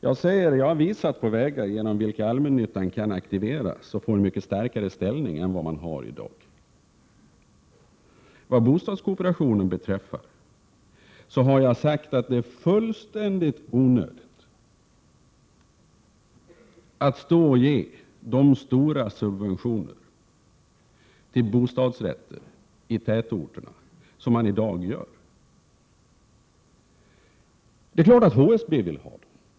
Jag har visat på vägar genom vilka allmännyttan kan aktiveras och få en mycket starkare ställning än den har i dag. Vad bostadskooperationen beträffar har jag sagt att det är fullständigt onödigt att ge de stora subventioner till bostadsrätter i tätorterna som man i dag ger. Det är klart att HSB vill ha dem.